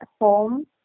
home